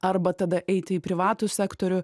arba tada eiti į privatų sektorių